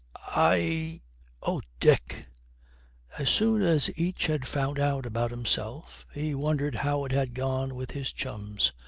i oh, dick as soon as each had found out about himself he wondered how it had gone with his chums,